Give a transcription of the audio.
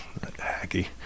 hacky